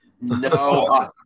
No